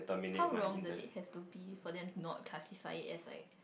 how long does it have to be for them not classified it as like